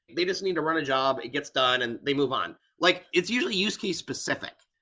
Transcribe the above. they just need to run a job, it gets done, and they move on like it's usually use-case specific.